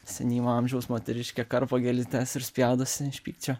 senyvo amžiaus moteriškė karpo gėlytes ir spjaudosi iš pykčio